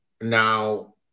Now